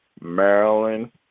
Maryland